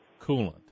coolant